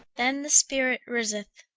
then the spirit riseth.